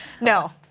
No